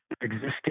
existing